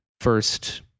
first